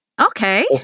Okay